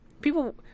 people